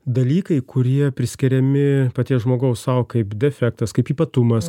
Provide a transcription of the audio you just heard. dalykai kurie priskiriami paties žmogaus sau kaip defektas kaip ypatumas